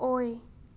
ꯑꯣꯏ